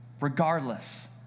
regardless